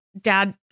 dad